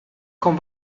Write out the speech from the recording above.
con